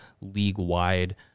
league-wide